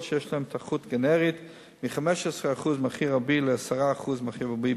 שיש להן תחרות גנרית מ-15% מהמחיר המרבי ל-10% מהמחיר המרבי,